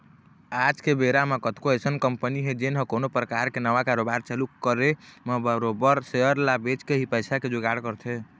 आज के बेरा म कतको अइसन कंपनी हे जेन ह कोनो परकार के नवा कारोबार चालू करे म बरोबर सेयर ल बेंच के ही पइसा के जुगाड़ करथे